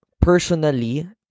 personally